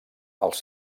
als